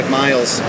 miles